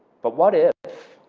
but what if